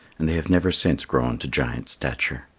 and they have never since grown to giant stature.